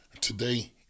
Today